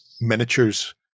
miniatures